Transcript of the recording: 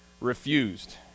refused